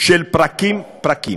פרקים-פרקים.